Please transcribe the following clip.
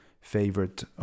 favorite